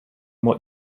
what